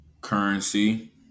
Currency